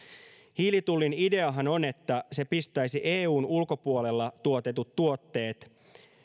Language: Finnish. hiilitullin ideahan on että se pistäisi eun ulkopuolella tuotetut tuotteet